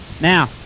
Now